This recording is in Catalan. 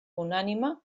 unànime